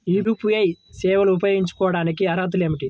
UPI సేవలు ఉపయోగించుకోటానికి అర్హతలు ఏమిటీ?